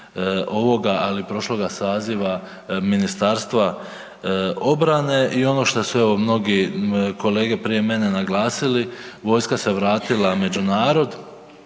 ovoga ali prošloga saziva Ministarstva obrane, i ono što su evo mnogi kolege prije mene naglasili, vojska se vratila među narod